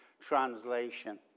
Translation